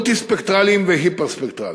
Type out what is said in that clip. מולטי-ספקטרליים והיפר-ספקטרליים,